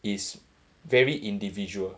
is very individual